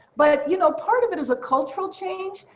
but, you know, part of it is a cultural change.